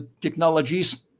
technologies